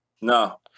No